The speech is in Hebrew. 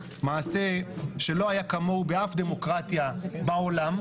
מעשה שלא היה כמוהו באף דמוקרטיה בעולם,